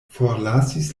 forlasis